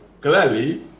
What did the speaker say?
clearly